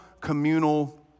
communal